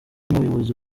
n’abayobozi